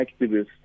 activists